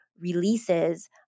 releases